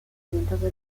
diventato